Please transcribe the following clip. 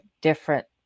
different